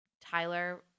Tyler